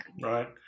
right